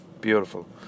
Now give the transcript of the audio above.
Beautiful